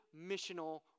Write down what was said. missional